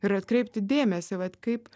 ir atkreipti dėmesį vat kaip